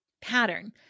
Pattern